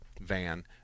van